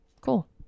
cool